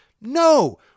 No